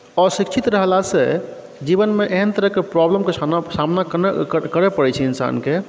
अशिक्षित रहलासँ जीवनमे एहन तरहकेँ प्रॉब्लमके सामना करय पड़ैत छै इन्सानकेँ